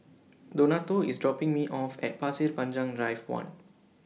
Donato IS dropping Me off At Pasir Panjang Drive one